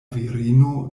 virino